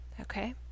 Okay